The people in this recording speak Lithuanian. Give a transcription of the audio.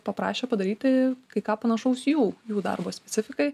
paprašė padaryti kai ką panašaus jų jų darbo specifikai